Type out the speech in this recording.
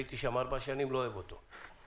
הייתי שם ארבע שנים, אני לא אוהב את הבית ההוא,